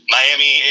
Miami